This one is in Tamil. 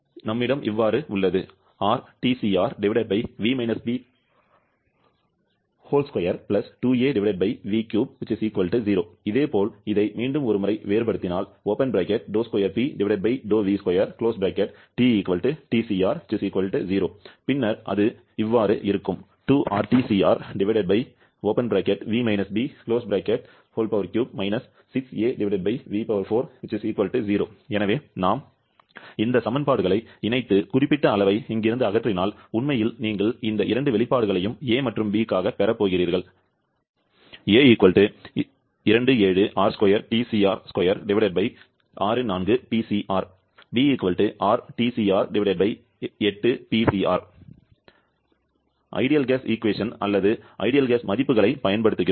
நம்மிடம் உள்ளது இதேபோல் இதை மீண்டும் ஒரு முறை வேறுபடுத்தினால் பின்னர் அது இருக்கும் எனவே நாம் இந்த சமன்பாடுகளை இணைத்து குறிப்பிட்ட அளவை இங்கிருந்து அகற்றினால் உண்மையில் நீங்கள் இந்த இரண்டு வெளிப்பாடுகளையும் a மற்றும் b க்காகப் பெறப் போகிறீர்கள் சிறந்த வாயு சமன்பாடு அல்லது சிறந்த வாயு மதிப்புகளைப் பயன்படுத்துகிறோம்